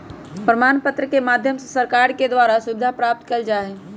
प्रमाण पत्र के माध्यम से सरकार के द्वारा सुविधा प्राप्त कइल जा हई